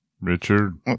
Richard